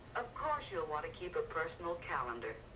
of course, you'll want to keep a personal calendar.